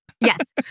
yes